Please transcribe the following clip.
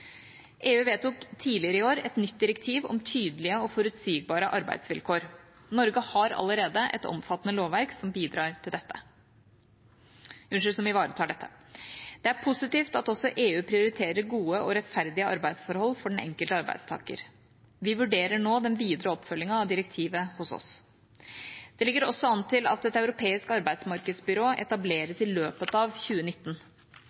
EU vedtok tidligere i år et nytt direktiv om tydelige og forutsigbare arbeidsvilkår. Norge har allerede et omfattende lovverk som ivaretar dette. Det er positivt at også EU prioriterer gode og rettferdige arbeidsforhold for den enkelte arbeidstaker. Vi vurderer nå den videre oppfølgingen av direktivet hos oss. Det ligger også an til at et europeisk arbeidsmarkedsbyrå etableres i løpet av 2019.